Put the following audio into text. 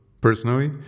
personally